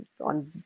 on